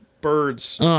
Birds